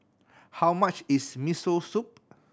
how much is Miso Soup